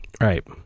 Right